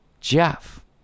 Jeff